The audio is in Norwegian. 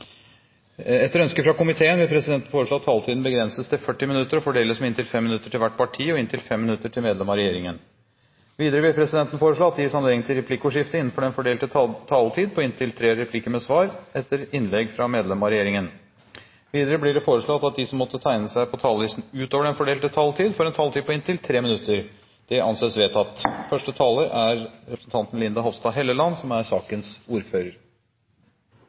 Etter ønske fra finanskomiteen vil presidenten foreslå at taletiden begrenses til 40 minutter og fordeles med inntil 5 minutter til hvert parti og inntil 5 minutter til medlem av regjeringen. Videre vil presidenten foreslå at det gis anledning til replikkordskifte på inntil tre replikker med svar etter innlegg fra medlem av regjeringen innenfor den fordelte taletid. Videre blir det foreslått at de som måtte tegne seg på talerlisten utover den fordelte taletid, får en taletid på inntil 3 minutter. – Det anses vedtatt. De problemstillingene som ligger i innstillingen, er